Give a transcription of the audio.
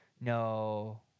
No